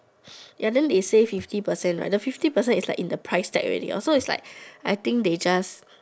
ya then they say fifty percent right the fifty percent is like in the price tag already so is like I think they just